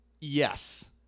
Yes